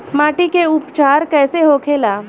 माटी के उपचार कैसे होखे ला?